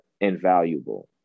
invaluable